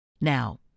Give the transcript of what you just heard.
Now